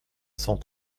cent